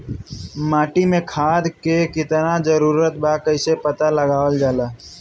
माटी मे खाद के कितना जरूरत बा कइसे पता लगावल जाला?